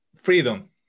freedom